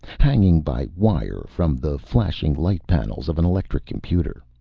hanging by wire from the flashing-light panels of an electric computer.